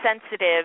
sensitive